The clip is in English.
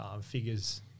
figures